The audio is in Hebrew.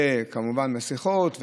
וכמובן מסכות,